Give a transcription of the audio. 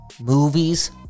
Movies